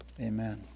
Amen